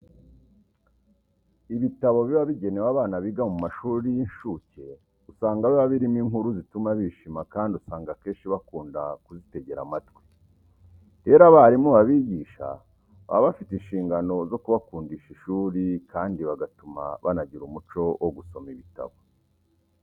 Ibitabo biba bigenewe abana biga mu mashuri y'incuke usanga biba birimo inkuru zituma bishima kandi usanga akenshi bakunda kuzitegera amatwi. Rero, abarimu babigisha baba bafite inshingano zo kubakundisha ishuri kandi bagatuma banagira umuco wo gusoma ibitabo.